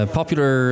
popular